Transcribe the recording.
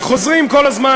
וחוזרים כל הזמן,